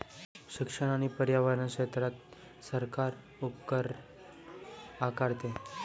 शिक्षण आणि पर्यावरण क्षेत्रात सरकार उपकर आकारते